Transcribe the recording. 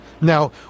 Now